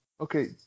Okay